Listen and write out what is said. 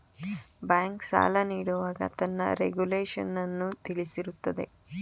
bank, ಸಾಲ ನೀಡುವಾಗ ತನ್ನ ರೆಗುಲೇಶನ್ನನ್ನು ತಿಳಿಸಿರುತ್ತದೆ